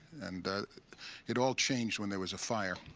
and it all changed when there was a fire.